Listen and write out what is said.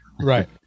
Right